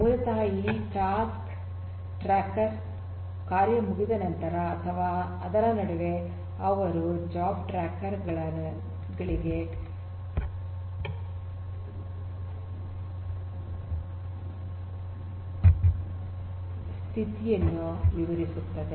ಮೂಲತಃ ಈ task tracker ಕಾರ್ಯ ಮುಗಿದ ನಂತರ ಅಥವಾ ಅದರ ನಡುವೆ ಅದು ಜಾಬ್ ಟ್ರ್ಯಾಕರ್ ಗೆ ಸ್ಥಿತಿಯನ್ನು ನವೀಕರಿಸುತ್ತದೆ